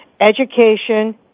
education